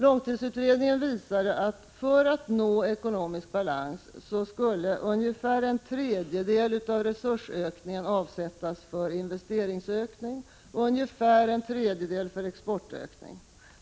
Långtidsutredningen visade att för att nå ekonomisk balans skulle ungefär en tredjedel av resursökningen avsättas för investeringsökning och ungefär en tredjedel för exportökning.